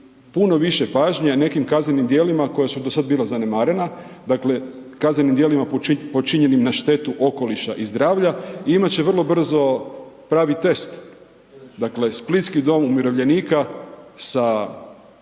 puno više pažnje nekim kaznenim djelima koja su do sada bila zanemarena, dakle kaznenim djelima počinjenim na štetu okoliša i zdravlja, imat će vrlo brzo pravi test, dakle splitski dom umirovljenika sa